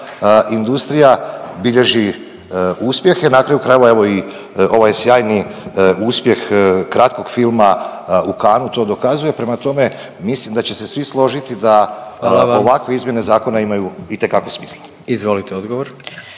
industrija bilježi uspjehe. Na kraju krajeva evo i ovaj sjajni uspjeh kratkog filma u Cannesu to dokazuje. Prema tome, mislim da će se svi složiti da ovakve izmjene zakona imaju … …/Upadica predsjednik: